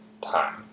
time